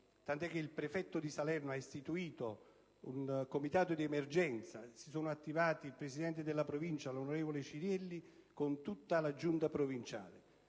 tant'è che il prefetto di Salerno ha istituito un comitato di emergenza. Si sono attivati il Presidente della Provincia, l'onorevole Cirielli, con tutta la Giunta provinciale.